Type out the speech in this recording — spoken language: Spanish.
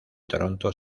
toronto